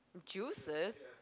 juices